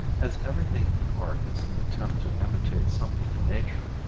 as everything in art is an attempt to imitate something in nature,